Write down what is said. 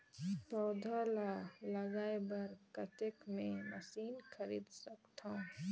पौधा ल जगाय बर कतेक मे मशीन खरीद सकथव?